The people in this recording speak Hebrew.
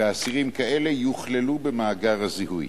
ואסירים כאלה יוכללו במאגר הזיהוי.